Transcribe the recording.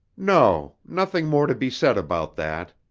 no. nothing more to be said about that.